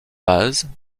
vases